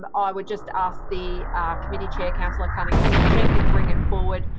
but ah i would just ask the committee chair, councillor cunningham, to check and bring it forward.